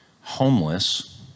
homeless